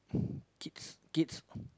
kids kids